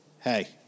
hey